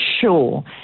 sure